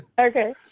Okay